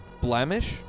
Blemish